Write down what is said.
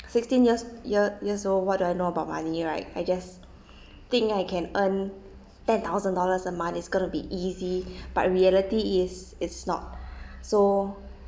sixteen years year years old what do I know about money right I just think I can earn ten thousand dollars a month is going to be easy but reality is is not so